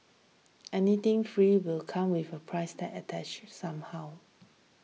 anything free will come with a price tag attached somehow